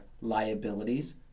liabilities